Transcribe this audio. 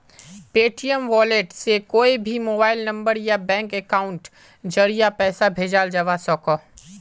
Paytm wallet से कोए भी मोबाइल नंबर या बैंक अकाउंटेर ज़रिया पैसा भेजाल जवा सकोह